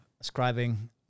ascribing